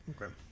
Okay